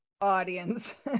audience